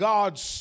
God's